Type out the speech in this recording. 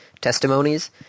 testimonies